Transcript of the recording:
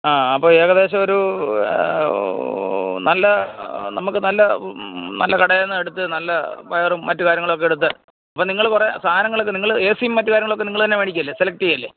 ആ അപ്പോള് ഏകദേശം ഒരു നമുക്ക് നല്ല നല്ല കടയില് നിന്നെടുത്ത് നല്ല വയറും മറ്റ് കാര്യങ്ങളുമൊക്കെ എടുത്ത് അപ്പോള് നിങ്ങള് കുറേ സാധനങ്ങള് നിങ്ങള് എ സിയും മറ്റു കാര്യങ്ങളുമൊക്കെ നിങ്ങള് തന്നെ മേടിക്കുകയില്ലേ സെലക്ട് ചെയ്യുകയില്ലേ